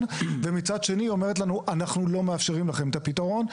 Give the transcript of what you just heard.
ומצד שני אומרת לנו אנחנו לא מאפשרים לכם את הפתרון,